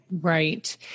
Right